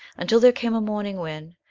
until there came a morning when,